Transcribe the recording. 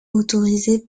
autorisé